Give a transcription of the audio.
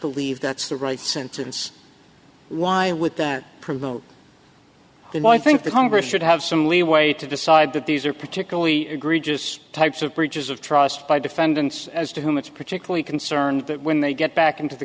believe that's the right sentence why would that promote him i think the congress should have some leeway to decide that these are particularly egregious types of breaches of trust by defendants as to whom it's particularly concerned but when they get back into the